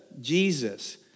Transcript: Jesus